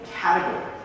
category